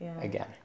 again